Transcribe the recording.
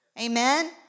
Amen